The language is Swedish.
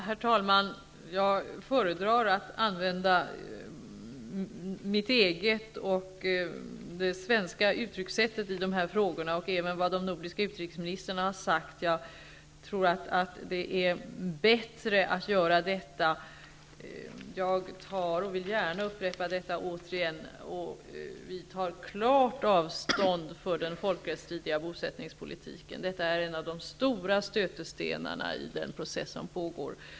Herr talman! Jag föredrar att använda mitt eget och de övriga nordiska utrikesministrarnas uttryckssätt i det här fallet. Jag tror att det är bättre att göra det. Jag vill gärna upprepa att vi tar klart avstånd från den folkrättsstridiga bosättningspolitiken. Detta är en av de stora stötestenarna i den process som pågår.